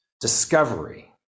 discovery